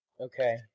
Okay